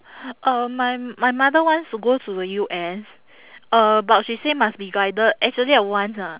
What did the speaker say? uh my my mother wants to go to the U_S uh but she say must be guided actually I want ah